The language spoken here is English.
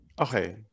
Okay